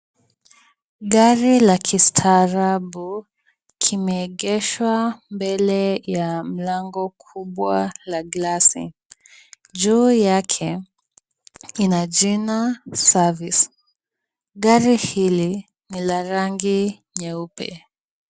Gari la Kistarabu kimegeshwa mbele ya mlango kubwa la glasi. Juu yake ina jina Service . Gari hili ni la rangi nyeupe.